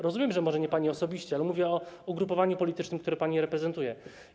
Rozumiem, że może nie pani osobiście, ale mówię o ugrupowaniu politycznym, które pani reprezentuje.